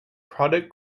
product